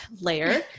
layer